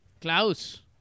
Klaus